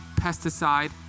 pesticide